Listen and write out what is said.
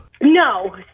No